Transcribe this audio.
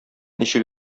ничек